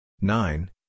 nine